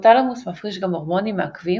ההיפותלמוס מפריש גם הורמונים מעכבים